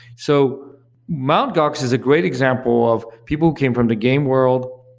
so mt. gox is a great example of people who came from the game world,